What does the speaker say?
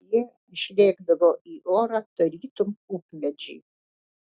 jie išlėkdavo į orą tarytum pupmedžiai